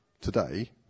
today